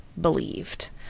believed